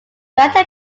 grantham